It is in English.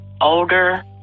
older